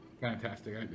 Fantastic